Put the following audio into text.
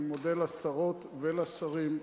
אני מודה לשרות ולשרים,